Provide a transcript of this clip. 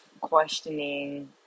questioning